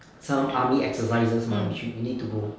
some army exercises mah which we need to do